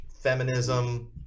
feminism